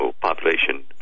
population